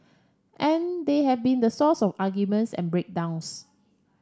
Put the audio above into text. and they have been the source of arguments and break downs